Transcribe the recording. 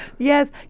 Yes